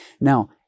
Now